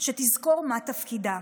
שתזכור מה תפקידה,